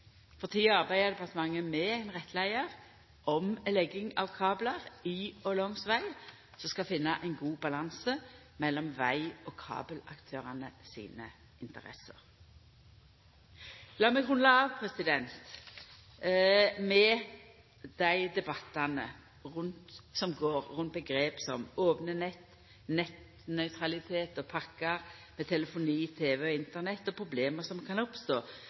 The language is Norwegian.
departementet med ein rettleiar om legging av kablar i og langs veg. Vi skal finna ein god balanse mellom vegaktørane og kabelaktørane sine interesser. Lat meg runda av med debattane som går rundt omgrep som «opne nett», «nettnøytralitet» og «pakkar» med telefoni, tv og Internett og problem som kan oppstå